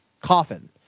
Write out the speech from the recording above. coffin